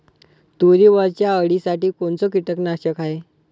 तुरीवरच्या अळीसाठी कोनतं कीटकनाशक हाये?